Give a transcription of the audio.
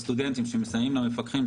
סטודנטים שמסייעים למפקחים,